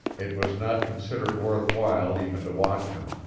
it was not considered worth while even to watch him.